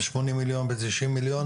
זה שמונים מיליון ותשעים מיליון,